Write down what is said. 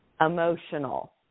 emotional